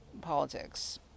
politics